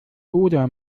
oder